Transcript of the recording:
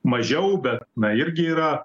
mažiau bet na irgi yra